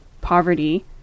poverty